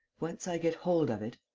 once i get hold of it.